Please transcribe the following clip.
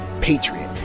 patriot